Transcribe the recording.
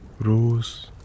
rose